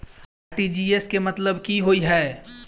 RTGS केँ मतलब की होइ हय?